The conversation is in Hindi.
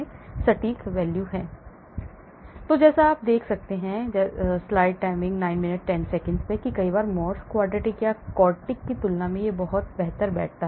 Estr Σ ki r - r02 Estr Σ De 1 exp βr - r02 Estr Σ ki r - r02 k'i r - r03 k"i r - r04 तो जैसा कि आप देख सकते हैं कई बार मोर्स क्वाड्रेटिक या क्वार्टिक की तुलना में बहुत बेहतर बैठता है